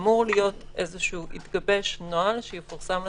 אמור להתגבש איזשהו נוהל שיפורסם לציבור,